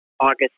August